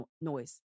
noise